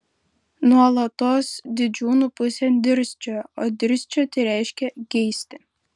nuolatos didžiūnų pusėn dirsčiojo o dirsčioti reiškia geisti